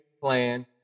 plan